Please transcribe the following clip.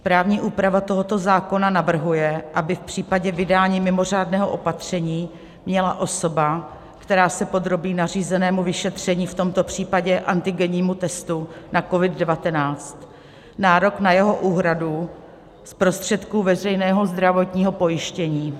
Právní úprava tohoto zákona navrhuje, aby v případě vydání mimořádného opatření měla osoba, která se podrobí nařízenému vyšetření, v tomto případě antigennímu testu na COVID19, nárok na jeho úhradu z prostředků veřejného zdravotního pojištění.